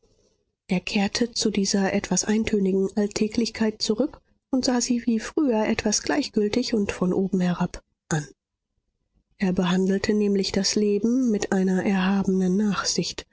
er kehrte zu dieser etwas eintönigen alltäglichkeit zurück und sah sie wie früher etwas gleichgültig und von oben herab an er behandelte nämlich das leben mit einer erhabenen nachsicht